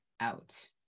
out